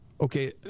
Okay